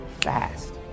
fast